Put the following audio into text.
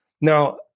Now